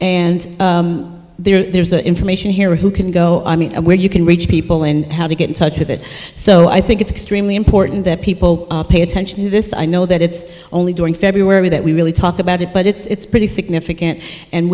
and there's information here who can go i mean where you can reach people and how to get in touch with it so i think it's extremely important that people pay attention i know that it's only during february that we really talk about it but it's pretty significant and